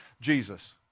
Jesus